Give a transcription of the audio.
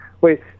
Wait